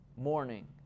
morning